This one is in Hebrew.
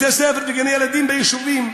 אפשר להקים בתי-ספר וגני-ילדים ביישובים.